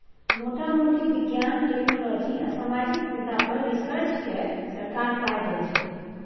मोटा मोटी बिज्ञान, टेक्नोलॉजी आ सामाजिक मुद्दा पर रिसर्च केँ सरकार पाइ दैत छै